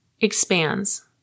expands